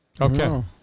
Okay